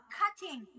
cutting